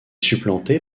supplanté